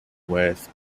with